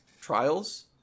Trials